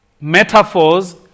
metaphors